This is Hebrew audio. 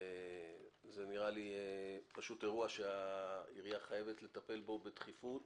זה נראה לי אירוע שהעירייה חייבת לטפל בו בדחיפות